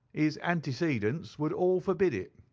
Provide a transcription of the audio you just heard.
his antecedents would all forbid it